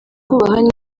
kubaba